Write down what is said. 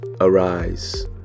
arise